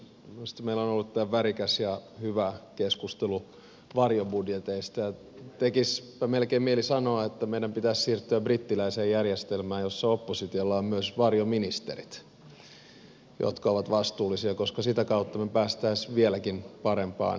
mielestäni meillä on ollut täällä värikäs ja hyvä keskustelu varjobudjeteista ja tekisipä melkein mieli sanoa että meidän pitäisi siirtyä brittiläiseen järjestelmään jossa oppositiolla on myös varjoministerit jotka ovat vastuullisia koska sitä kautta me pääsisimme vieläkin parempaan keskusteluun